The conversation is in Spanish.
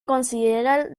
considerar